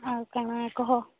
ଆଉ କ'ଣ କହ